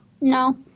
No